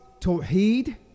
Tawheed